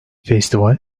festival